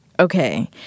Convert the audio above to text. okay